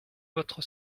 votre